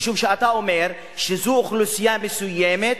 משום שאתה אומר שזו אוכלוסייה מסוימת,